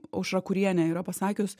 aušra kurienė yra pasakius